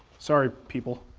sorry, people.